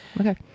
Okay